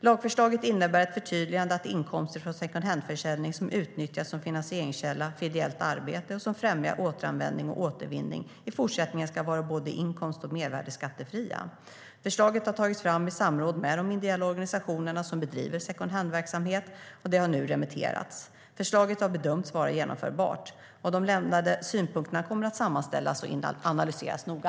Lagförslaget innebär ett förtydligande att inkomster från secondhandförsäljning som utnyttjas som finansieringskälla för ideellt arbete och som främjar återanvändning och återvinning i fortsättningen ska vara både inkomst och mervärdesskattefria. Förslaget har tagits fram i samråd med de ideella organisationer som bedriver secondhandverksamhet. Nu har det remitterats. Förslaget har bedömts vara genomförbart. De lämnade synpunkterna kommer att sammanställas och analyseras noga.